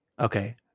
Okay